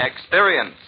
Experience